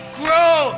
grow